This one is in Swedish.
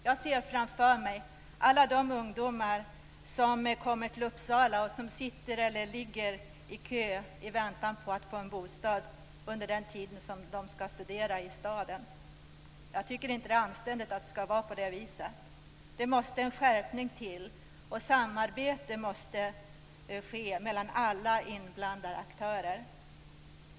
Jag ser framför mig alla de ungdomar som kommer till Uppsala och som sitter eller ligger i kö i väntan på att få en bostad under den tid som de skall studera i staden. Jag tycker inte att det är anständigt att det skall vara på det viset. Här måste till en skärpning och ett samarbete mellan alla inblandade aktörer.